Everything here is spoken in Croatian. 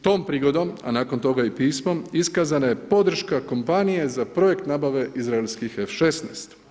Tom prigodom, a nakon toga i pismom iskazana je podrška kompanije za projekt nabavke izraelskih F16.